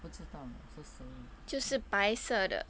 我不知道 leh 是谁